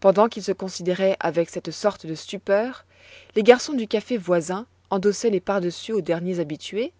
pendant qu'il se considérait avec cette sorte de stupeur les garçons du café voisin endossaient les pardessus aux derniers habitués